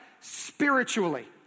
Spiritually